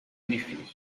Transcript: edifício